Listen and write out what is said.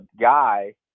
guy